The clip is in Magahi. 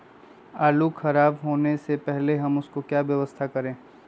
आलू खराब होने से पहले हम उसको क्या व्यवस्था करें?